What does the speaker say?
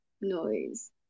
noise